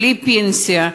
בלי פנסיה.